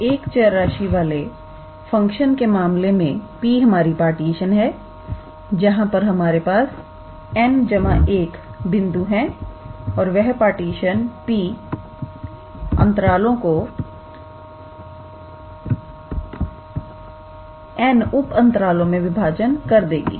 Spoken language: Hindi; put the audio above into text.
तो एक चर राशि वाले फंक्शन के मामले में P हमारी पार्टीशन है जहां पर हमारे पास n1 बिंदु है और वह पार्टीशन P अंतरालो को n उप अंतरालओ में विभाजन कर देगी